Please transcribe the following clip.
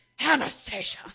anastasia